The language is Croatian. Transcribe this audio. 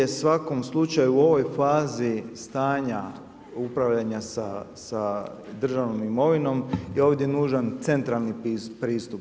U svakom slučaju u ovoj fazi stanja upravljanja sa državnom imovinom je ovdje nužan centralni pristup.